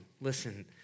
listen